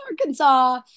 Arkansas